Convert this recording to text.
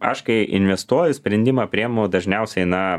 aš kai investuoju sprendimą priemu dažniausiai na